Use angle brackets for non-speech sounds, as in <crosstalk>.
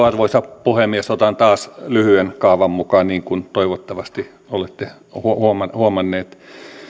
<unintelligible> arvoisa puhemies otan taas lyhyen kaavan mukaan niin kuin toivottavasti olette huomanneet huomanneet